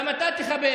גם אתה תכבד.